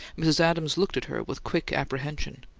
mrs. adams looked at her with quick apprehension.